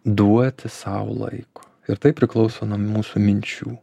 duoti sau laiko ir tai priklauso nuo mūsų minčių